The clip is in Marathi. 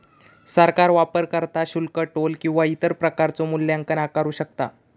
सरकार वापरकर्ता शुल्क, टोल किंवा इतर प्रकारचो मूल्यांकन आकारू शकता